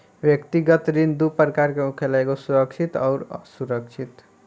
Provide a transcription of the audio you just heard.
व्यक्तिगत ऋण दू प्रकार के होखेला एगो सुरक्षित अउरी असुरक्षित